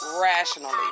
rationally